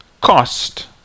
cost